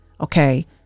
Okay